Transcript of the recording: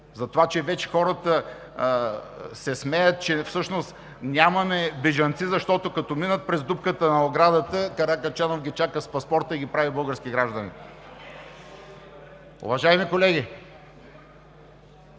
гражданство. Вече хората се смеят, че всъщност нямаме бежанци, защото, като минат през дупката на оградата, Каракачанов ги чака с паспорта и ги прави български граждани. (Оживление.)